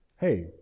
hey